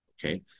okay